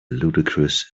ludicrous